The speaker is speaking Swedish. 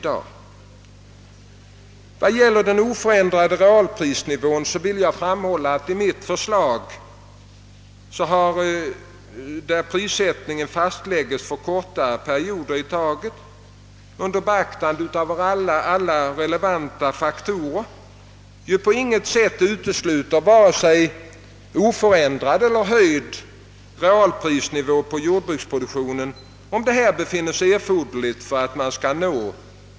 När det gäller den oförändrade realprisnivån vill jag framhålla att mitt förslag, enligt vilket prissättningen fastlägges för kortare perioder i taget under beaktande av alla relevanta faktorer, på intet sätt utesluter möjligheten till en oförändrad eller höjd realprisnivå på jordbruksprodukter.